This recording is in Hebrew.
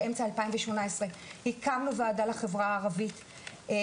באמצע 2018 הקמנו ועדה לחברה הערבית,